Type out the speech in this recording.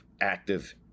Active